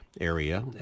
area